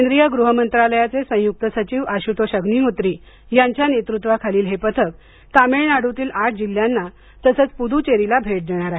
केंद्रीय गृह मंत्रालयाचे संयुक्त सचिव आशुतोष अग्निहोत्री यांच्या नेतृत्वाखालील हे पथक तमिळनाडूतील आठ जिल्ह्यांना तसंच पुदुचेरीला भेट देणार आहे